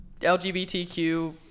LGBTQ